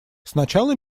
сначала